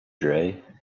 dre